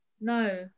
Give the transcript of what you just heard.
no